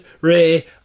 Ray